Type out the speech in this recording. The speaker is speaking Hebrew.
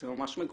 זה ממש מגוחך.